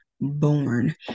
born